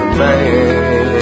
man